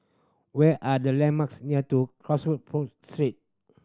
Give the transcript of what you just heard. where are the landmarks near to